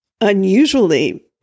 unusually